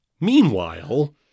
Meanwhile